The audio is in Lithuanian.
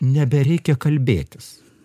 nebereikia kalbėtis